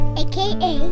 aka